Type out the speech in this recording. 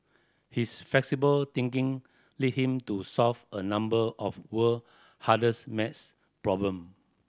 his flexible thinking lead him to solve a number of world hardest maths problems